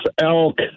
Elk